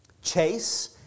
Chase